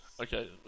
Okay